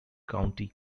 county